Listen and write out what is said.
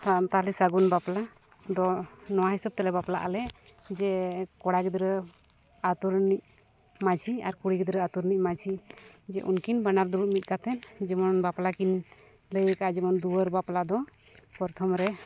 ᱥᱟᱱᱛᱟᱲᱤ ᱥᱟᱹᱜᱩᱱ ᱵᱟᱯᱞᱟ ᱫᱚ ᱱᱚᱣᱟ ᱦᱤᱥᱟᱹᱵᱽ ᱛᱮᱞᱮ ᱵᱟᱯᱞᱟᱜ ᱟᱞᱮ ᱡᱮ ᱠᱚᱲᱟ ᱜᱤᱫᱽᱨᱟᱹ ᱟᱹᱛᱩ ᱨᱤᱱᱤᱡ ᱢᱟᱺᱡᱷᱤ ᱟᱨ ᱠᱩᱲᱤ ᱜᱤᱫᱽᱨᱟᱹ ᱟᱹᱛᱩ ᱨᱤᱱᱤᱡ ᱢᱟᱺᱡᱷᱤ ᱩᱱᱠᱤᱱ ᱵᱟᱱᱟᱨ ᱫᱩᱲᱩᱵᱽ ᱢᱤᱫ ᱠᱟᱛᱮᱫ ᱡᱮᱢᱚᱱ ᱵᱟᱯᱞᱟ ᱠᱤᱱ ᱞᱟᱹᱭ ᱠᱟᱜᱼᱟ ᱡᱮᱢᱚᱱ ᱫᱩᱣᱟᱹᱨ ᱵᱟᱯᱞᱟ ᱫᱚ ᱯᱨᱚᱛᱷᱚᱢ ᱨᱮ